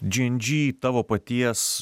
džy en džy tavo paties